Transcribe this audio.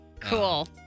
Cool